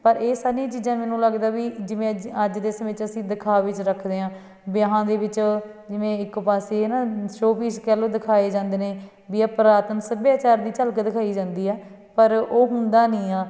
ਪਰ ਇਹ ਸਾਰੀਆਂ ਚੀਜ਼ਾਂ ਮੈਨੂੰ ਲੱਗਦਾ ਵੀ ਜਿਵੇਂ ਅੱਜ ਅੱਜ ਦੇ ਸਮੇਂ 'ਚ ਅਸੀਂ ਦਿਖਾਵੇ 'ਚ ਰੱਖਦੇ ਹਾਂ ਵਿਆਹਾਂ ਦੇ ਵਿੱਚ ਜਿਵੇਂ ਇੱਕ ਪਾਸੇ ਹੈ ਨਾ ਸ਼ੋਪੀਸ ਕਹਿ ਲੋ ਦਿਖਾਏ ਜਾਂਦੇ ਨੇ ਵੀ ਇਹ ਪੁਰਾਤਨ ਸੱਭਿਆਚਾਰ ਦੀ ਝਲਕ ਦਿਖਾਈ ਜਾਂਦੀ ਆ ਪਰ ਉਹ ਹੁੰਦਾ ਨਹੀਂ ਆ